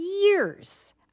years